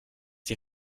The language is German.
die